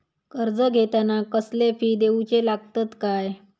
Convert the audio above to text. कर्ज घेताना कसले फी दिऊचे लागतत काय?